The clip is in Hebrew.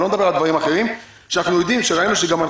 אני לא מדבר על דברים אחרים אנחנו יודעים וראינו שמשרד